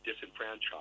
disenfranchised